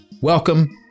Welcome